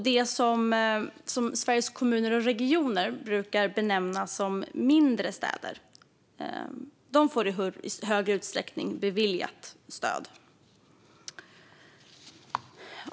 Det som Sveriges Kommuner och Regioner brukar benämna mindre städer får i högre utsträckning stöd beviljade.